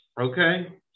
Okay